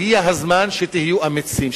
הגיע הזמן שתהיו אמיצים.